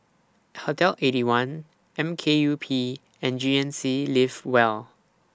Hotel Eighty One M K U P and G N C Live Well